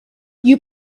you